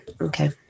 okay